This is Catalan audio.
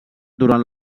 durant